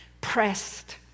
pressed